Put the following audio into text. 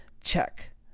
check